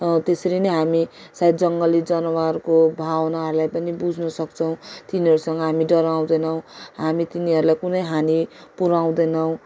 त्यसरी नै हामी सायद जङ्गली जनावरको भावनाहरूलाई पनि बुझ्नसक्छौँ तिनीहरसँग हामी डराउँदैनौँ हामी तिनीहरूलाई कुनै हानि पुर्याउँदैनौँ